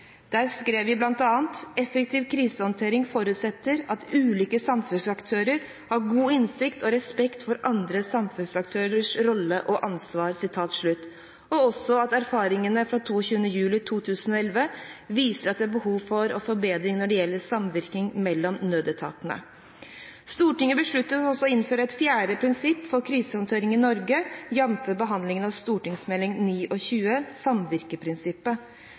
krisehåndtering forutsetter at ulike samfunnsaktører har god innsikt og respekt for andre samfunnsaktørers rolle og ansvar.» I Meld. St. 21 for 2012–2013 står det: «Erfaringene fra 22. juli 2011 viste at det er behov for forbedringer når det gjelder samvirke mellom nødetatene.» Stortinget besluttet også å innføre et fjerde prinsipp for krisehåndtering i Norge – jf. behandlingen av